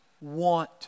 want